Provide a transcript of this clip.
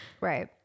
Right